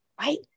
right